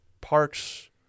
Parks